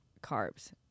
carbs